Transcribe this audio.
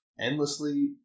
endlessly